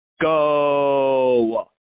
go